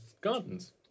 gardens